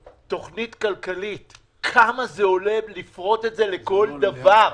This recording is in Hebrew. תכנית כלכלית כמה זה עולה לפרוט את זה לכל דבר.